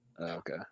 Okay